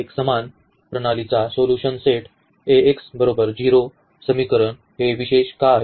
तर या एकसमान प्रणालीचा सोल्यूशन सेट समीकरण हे विशेष का आहे